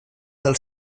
del